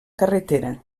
carretera